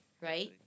right